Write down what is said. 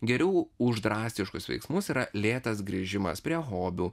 geriau už drastiškus veiksmus yra lėtas grįžimas prie hobių